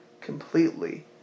completely